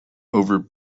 over